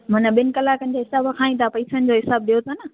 मनां ॿिनि कलाक जे हिसाब खां ई तव्हां पैसनि जो हिसाब ॾियो था न